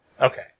Okay